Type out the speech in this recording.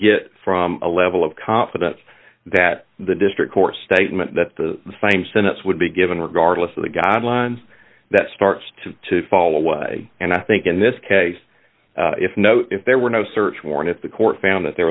get from a level of confidence that the district court statement that the same sentence would be given regardless of the guidelines that starts to fall away and i think in this case if no if there were no search warrant if the court found that there